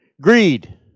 Greed